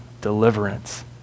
deliverance